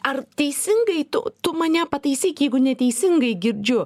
ar teisingai tu tu mane pataisyk jeigu neteisingai girdžiu